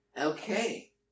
Okay